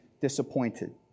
disappointed